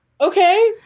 Okay